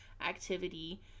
activity